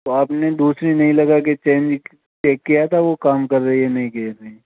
तो आपने दूसरी नई लगा कर चेंज चेक किया था वो काम कर रही है नहीं कर रही